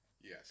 Yes